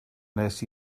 nes